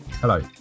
Hello